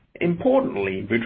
Importantly